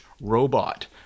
robot